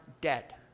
dead